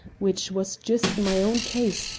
which was just my own case,